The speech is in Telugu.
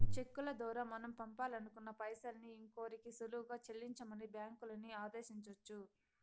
చెక్కుల దోరా మనం పంపాలనుకున్న పైసల్ని ఇంకోరికి సులువుగా సెల్లించమని బ్యాంకులని ఆదేశించొచ్చు